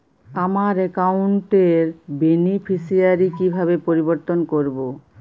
আমার অ্যাকাউন্ট র বেনিফিসিয়ারি কিভাবে পরিবর্তন করবো?